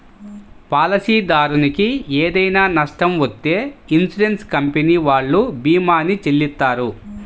పాలసీదారునికి ఏదైనా నష్టం వత్తే ఇన్సూరెన్స్ కంపెనీ వాళ్ళు భీమాని చెల్లిత్తారు